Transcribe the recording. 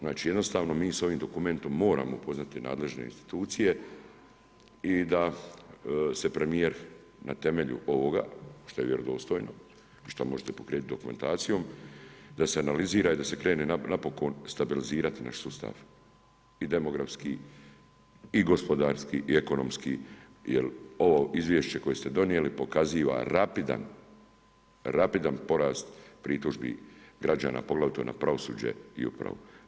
Znači mi jednostavno s ovim dokumentom moramo upoznati nadležne institucije i da se premijer na temelju ovoga što je vjerodostojno, šta možete potkrijepiti dokumentacijom, da se analizira i da se krene napokon stabilizirati naš sustav i demografski i gospodarski i ekonomski jer ovo izvješće koje ste donijeli, pokaziva rapidan porast pritužbi građana poglavito na pravosuđe i upravu.